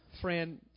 friend